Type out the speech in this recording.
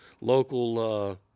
local